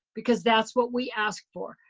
because that's what we asked for,